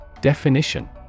Definition